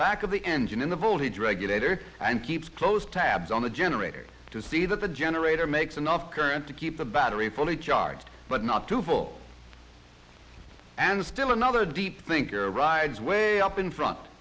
back of the engine in the voltage regulator and keeps close tabs on the generator to see that the generator makes enough current to keep the battery fully charged but not to fall and still another deep thinker rides way up in front